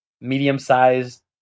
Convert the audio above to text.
medium-sized